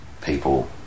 people